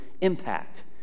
impact